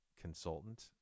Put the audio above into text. consultant